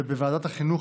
בוועדת החינוך,